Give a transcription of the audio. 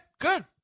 good